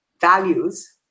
values